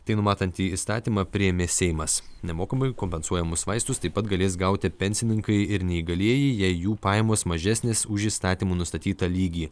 tai numatantį įstatymą priėmė seimas nemokamai kompensuojamus vaistus taip pat galės gauti pensininkai ir neįgalieji jei jų pajamos mažesnės už įstatymų nustatytą lygį